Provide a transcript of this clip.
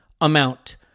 amount